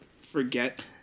forget